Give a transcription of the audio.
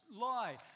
lie